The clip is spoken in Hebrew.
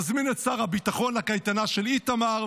נזמין את שר הביטחון לקייטנה של איתמר.